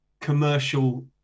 commercial